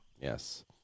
yes